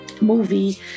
movie